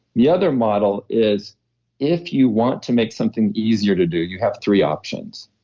the other model is if you want to make something easier to do, you have three options.